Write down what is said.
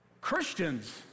Christians